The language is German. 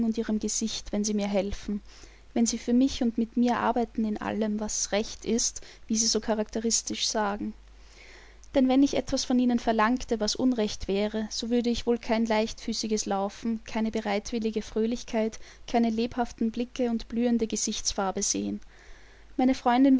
ihrem gesicht wenn sie mir helfen wenn sie für mich und mit mir arbeiten in allem was recht ist wie sie so charakteristisch sagen denn wenn ich etwas von ihnen verlangte was unrecht wäre so würde ich wohl kein leichtfüßiges laufen keine bereitwillige fröhlichkeit keine lebhaften blicke und blühende gesichtsfarbe sehen meine freundin